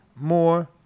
More